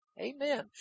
Amen